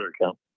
account